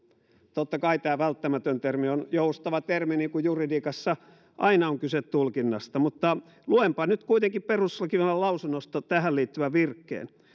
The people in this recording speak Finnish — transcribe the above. totta kai tämä välttämätön termi on joustava termi niin kuin juridiikassa aina on kyse tulkinnasta mutta luenpa nyt kuitenkin perustuslakivaliokunnan lausunnosta tähän liittyvän virkkeen